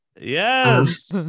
Yes